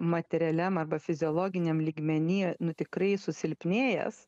materialiam arba fiziologiniam lygmeny nu tikrai susilpnėjęs